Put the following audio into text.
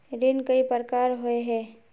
ऋण कई प्रकार होए है?